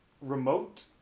remote